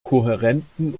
kohärenten